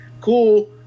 cool